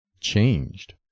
changed